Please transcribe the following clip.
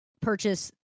purchase